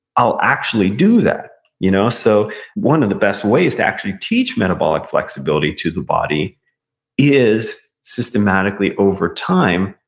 i'll actually do that you know so one of the best ways to actually teach metabolic flexibility to the body is systematically, over time,